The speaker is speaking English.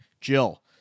Jill